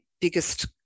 biggest